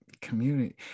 community